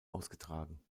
ausgetragen